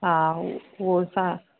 हा उ उहो असां